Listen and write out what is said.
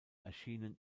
erschienen